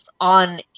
on